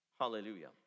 Hallelujah